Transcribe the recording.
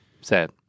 sad